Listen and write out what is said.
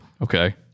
okay